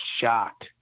shocked